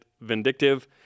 vindictive